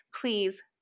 please